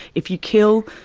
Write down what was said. if you kill,